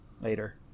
later